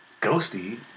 Ghosty